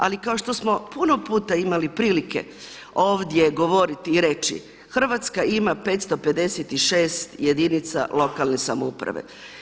Ali kao što smo puno puta imali prilike ovdje govoriti i reći: Hrvatska ima 556 jedinica lokalne samouprave.